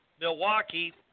Milwaukee